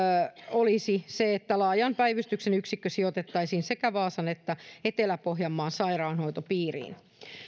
olisi se että laajan päivystyksen yksikkö sijoitettaisiin sekä vaasan että etelä pohjanmaan sairaanhoitopiiriin